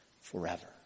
forever